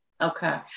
okay